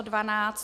12.